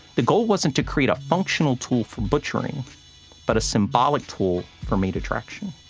the goal wasn't to create a functional tool for butchering but a symbolic tool for made attraction.